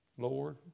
Lord